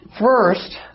First